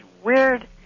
weird